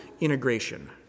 integration